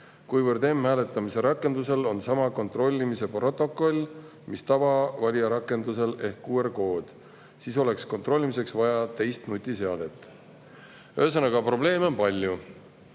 Kuivõrd m‑hääletamise rakendusel on sama kontrollimise protokoll mis tavavalijarakendusel ehk QR-kood, siis oleks kontrollimiseks vaja teist nutiseadet. Ühesõnaga, probleeme on palju.